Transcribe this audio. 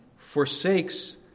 forsakes